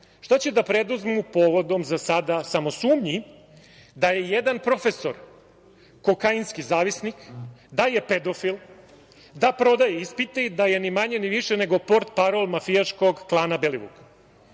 šta će da preduzmu povodom za sada samo sumnji da je jedan profesor, kokainski zavisnik pedofil, da prodaje ispite i da je ni manje ni više nego portparol mafijaškog klana Belivuk? Nadležni